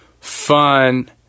fun